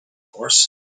course